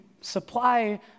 supply